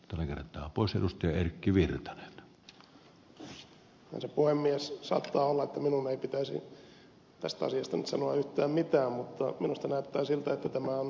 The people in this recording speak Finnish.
tällä kertaa pois ennusteen kimin minun ei pitäisi tästä asiasta nyt sanoa yhtään mitään mutta minusta näyttää siltä että tämä on sosialidemokraattien vastaus takuueläkkeeseen